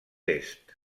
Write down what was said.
est